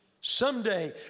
someday